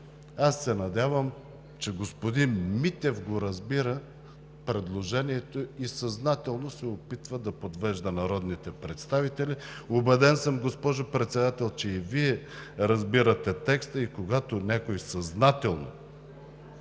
Аз се надявам, че господин Митев разбира предложението и съзнателно се опитва да подвежда народните представители. Убеден съм, госпожо Председател, че и Вие разбирате текста и когато някой съзнателно